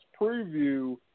preview